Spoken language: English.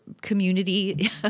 community